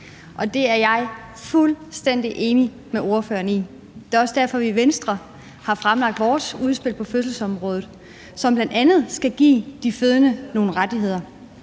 det er jeg fuldstændig enig med ordføreren i. Det er også derfor, vi i Venstre har fremlagt vores udspil på fødselsområdet, som bl.a. skal give de fødende nogle rettigheder.